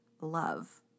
love